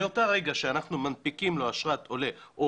מאותו רגע שאנחנו מנפיקים לו אשרת עולה או